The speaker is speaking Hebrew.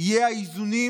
יהיו האיזונים,